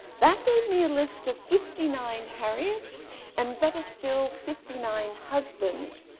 that gave me a list of fifty nine harriets and better still fifty nine husbands,